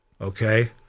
Okay